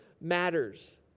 matters